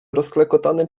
rozklekotane